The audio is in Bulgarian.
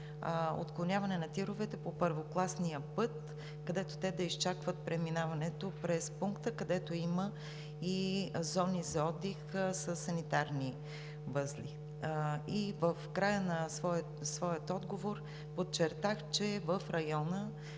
отклоняване на тировете по първокласния път, където те да изчакват преминаването през пункта, където има и зони за отдих със санитарни възли. В края на своя отговор подчертах, че в района